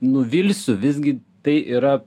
nuvilsiu visgi tai yra